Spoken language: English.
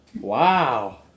Wow